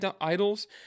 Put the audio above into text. idols